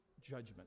judgment